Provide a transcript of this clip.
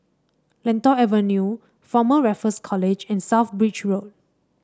Lentor Avenue Former Raffles College and South Bridge Road